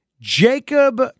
Jacob